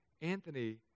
Anthony